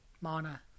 mana